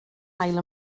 gael